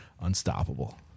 unstoppable